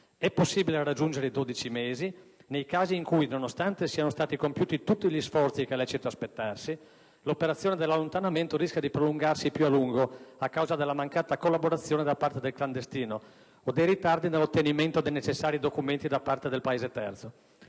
È possibile raggiungere i dodici mesi «nei casi in cui, nonostante siano stati compiuti tutti gli sforzi che è lecito aspettarsi, l'operazione dell'allontanamento rischia di prolungarsi più a lungo a causa della mancata collaborazione da parte del clandestino o dei ritardi nell'ottenimento dei necessari documenti da parte del Paese terzo».